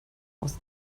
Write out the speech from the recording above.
aus